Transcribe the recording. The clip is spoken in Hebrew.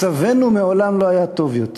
מצבנו מעולם לא היה טוב יותר.